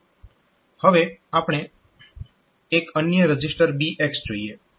હવે આપણે એક અન્ય રજીસ્ટર BX જોઈએ